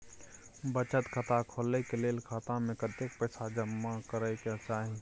बचत खाता खोले के लेल खाता में कतेक पैसा जमा करे के चाही?